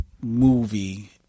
movie